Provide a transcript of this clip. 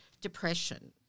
depression